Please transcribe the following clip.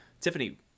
Tiffany